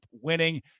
winning